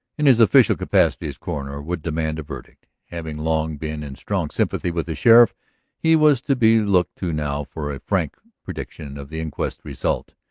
in his official capacity as coroner, would demand a verdict. having long been in strong sympathy with the sheriff he was to be looked to now for a frank prediction of the inquest's result.